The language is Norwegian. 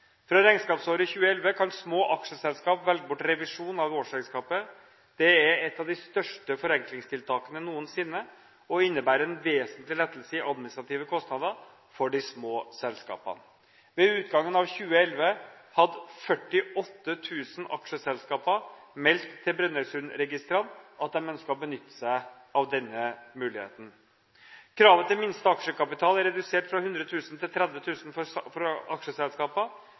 Fra regnskapsåret 2011 kan små aksjeselskap velge bort revisjon av årsregnskapet. Det er et av de største forenklingstiltakene noensinne og innebærer en vesentlig lettelse i administrative kostnader for de små selskapene. Ved utgangen av 2011 hadde 48 000 aksjeselskaper meldt til Brønnøysundregistrene at de ønsket å benytte seg av denne muligheten. Kravet til minste aksjekapital er redusert fra 100 000 til 30 000 for aksjeselskaper.